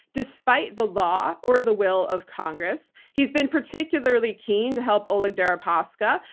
despite the law or the will of congress. he's been particularly keen to help oleg deripaska,